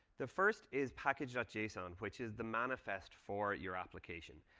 the first is package. json, and which is the man fest for your application.